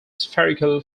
spherical